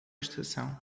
estação